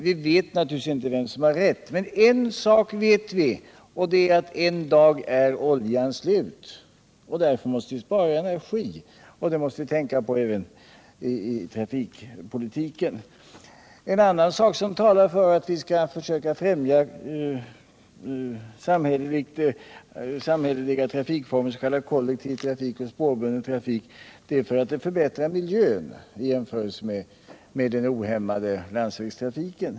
Vi vet naturligtvis inte vem som har rätt, men en sak vet vi och det är att en dag är oljan slut. Därför måste vi spara energi, och det måste vi tänka på även i trafikpolitiken. En annan sak som talar för att vi skall försöka främja samhälleliga trafikformer, s.k. kollektiv trafik och spårbunden trafik, är att de förbättrar miljön i jämförelse med den ohämmade landsvägstrafiken.